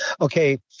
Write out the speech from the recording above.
Okay